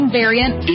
variant